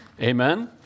Amen